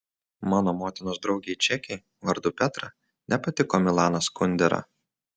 mano motinos draugei čekei vardu petra nepatiko milanas kundera